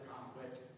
conflict